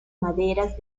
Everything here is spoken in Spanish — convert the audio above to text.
maderas